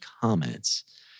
comments